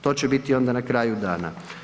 To će biti onda na kraju dana.